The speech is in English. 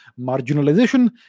marginalization